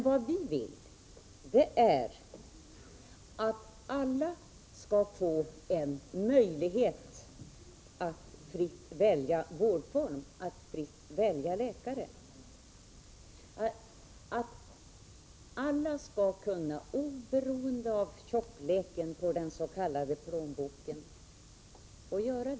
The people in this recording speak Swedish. Vad vi vill är att alla skall få möjlighet att fritt välja vårdform och läkare. Alla skall, oberoende av tjockleken på plånboken, kunna välja fritt.